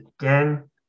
again